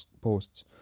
posts